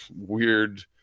weird